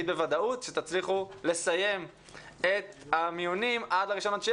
בוודאות שתצליחו לסיים את המיונים עד ה-1 בספטמבר?